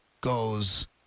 goes